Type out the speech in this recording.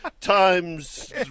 times